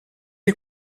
est